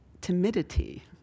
timidity